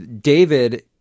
David